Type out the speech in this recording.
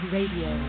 Radio